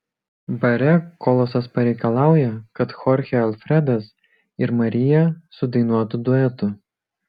bare kolosas pareikalauja kad chorchė alfredas ir marija sudainuotų duetu